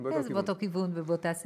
כן, זה באותו כיוון ובאותה סיעה.